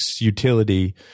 utility